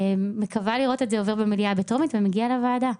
אני מקווה לראות את זה עובר במליאה בטרומית ומגיע לוועדה.